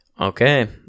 Okay